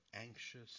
anxious